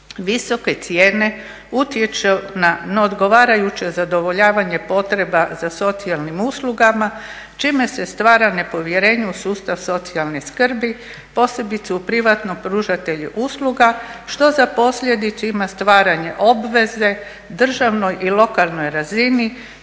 Visoke cijene utječu na neodgovarajuće zadovoljavanje potreba za socijalnim uslugama čime se stvara nepovjerenje u sustav socijalne skrbi posebice u privatno pružatelji usluga što za posljedicu ima stvaranje obveze državnoj i lokalnoj razini